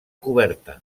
coberta